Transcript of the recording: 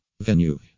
Venue